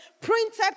printed